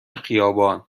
خیابان